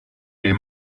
est